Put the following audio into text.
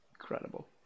incredible